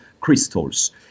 crystals